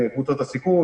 קבוצות הסיכון,